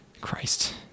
Christ